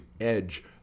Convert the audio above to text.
edge